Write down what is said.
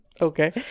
Okay